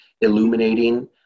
illuminating